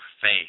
faith